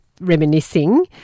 reminiscing